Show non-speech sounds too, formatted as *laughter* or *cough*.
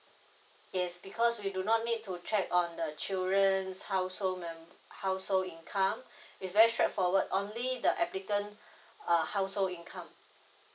yes because we do not need to check on the children's household member houseold income *breath* it's very straightforward only the applicant err household income